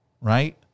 right